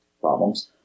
problems